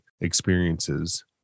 experiences